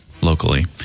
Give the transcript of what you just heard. locally